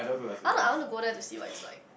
I want to I want to go there to see what it's like